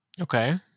Okay